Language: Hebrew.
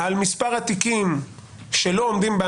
על מספר התיקים שלא עומדים במשך זמן הטיפול בחקירה ובהעמדה לדין,